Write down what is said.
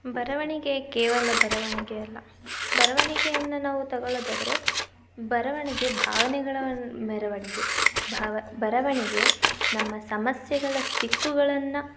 ಬರವಣಿಗೆ ಕೇವಲ ಬರವಣಿಗೆ ಅಲ್ಲ ಬರವಣಿಗೆಯನ್ನು ನಾವು ತಗೊಳ್ಳೋದಾದರೆ ಬರವಣಿಗೆ ಭಾವನೆಗಳ ಮೆರವಣಿಗೆ ಭಾವ ಬರವಣಿಗೆ ನಮ್ಮ ಸಮಸ್ಯೆಗಳ ಸಿಕ್ಕುಗಳನ್ನು